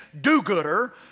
do-gooder